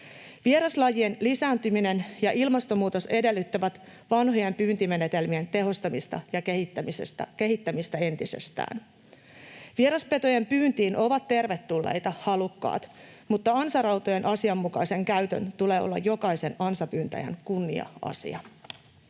Vieraslajien lisääntyminen ja ilmastonmuutos edellyttävät vanhojen pyyntimenetelmien tehostamista ja kehittämistä entisestään. Vieraspetojen pyyntiin ovat tervetulleita halukkaat, mutta ansarautojen asianmukaisen käytön tulee olla jokaisen ansapyytäjän kunnia-asia.